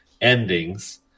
endings